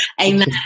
Amen